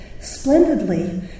splendidly